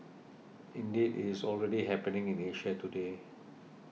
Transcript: indeed it is already happening in Asia today